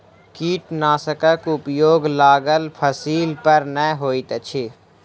कीटनाशकक उपयोग लागल फसील पर नै होइत अछि